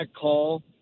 call